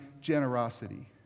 generosity